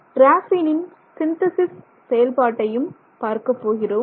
கிராஃபீனின் synthesis செயல்பாட்டையும் பார்க்கப் போகிறோம்